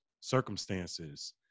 circumstances